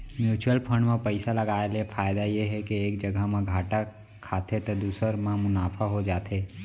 mutual fund म पइसा लगाय ले फायदा ये हे के एक जघा म घाटा खाथे त दूसर म मुनाफा हो जाथे